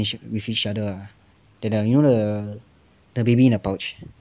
with each other ah you know the the baby in the pouch